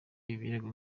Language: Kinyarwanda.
ibirego